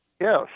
Yes